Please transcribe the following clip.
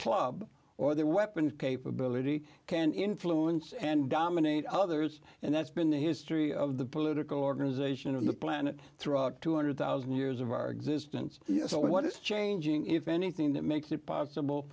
club or their weapons capability can influence and dominate others and that's been the history of the political organisation of the planet throughout two hundred thousand years of our existence yes what is changing if anything that makes it possible